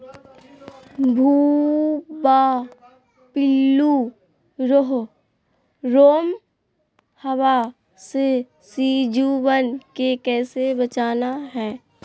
भुवा पिल्लु, रोमहवा से सिजुवन के कैसे बचाना है?